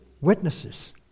witnesses